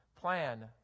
plan